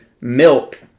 milk